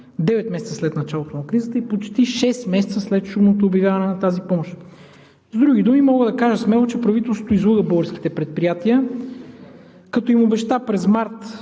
месеца след началото на кризата и почти шест месеца след шумното обявяване на тази помощ! С други думи, мога да кажа смело, че правителството излъга българските предприятия, като им обеща през месец